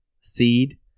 seed